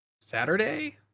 saturday